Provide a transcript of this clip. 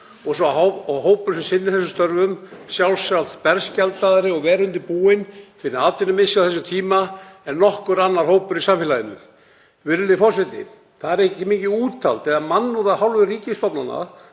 sá hópur sem sinnir þessum störfum sjálfsagt berskjaldaðri og verr undirbúinn fyrir atvinnumissi á þessum tíma en nokkur annar hópur í samfélaginu. Virðulegi forseti. Það er ekki mikið úthald eða mannúð af hálfu ríkisstofnana